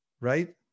Right